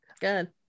good